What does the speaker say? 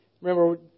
Remember